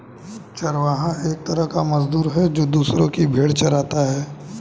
चरवाहा एक तरह का मजदूर है, जो दूसरो की भेंड़ चराता है